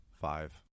Five